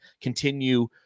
continue